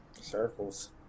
circles